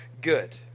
good